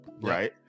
right